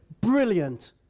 Brilliant